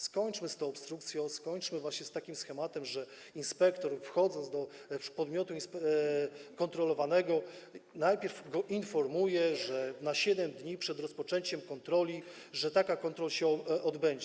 Skończmy z tą obstrukcją, skończmy z takim schematem, że inspektor, wchodząc do podmiotu kontrolowanego, najpierw go informuje na 7 dni przed rozpoczęciem kontroli, że taka kontrola się odbędzie.